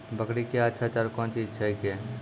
बकरी क्या अच्छा चार कौन चीज छै के?